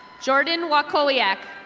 jordan wackoliack.